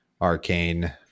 Arcane